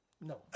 No